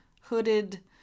hooded